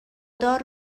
دار